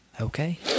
Okay